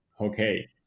okay